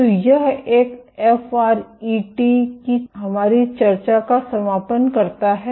तो यह एफआरईटी की हमारी चर्चा का समापन करता है